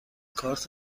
کارت